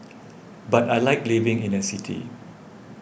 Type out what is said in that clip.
but I like living in a city